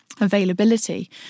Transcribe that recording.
Availability